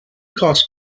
costs